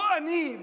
לא אני,